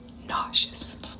Nauseous